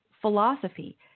philosophy